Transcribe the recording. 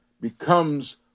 becomes